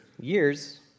years